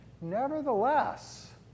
nevertheless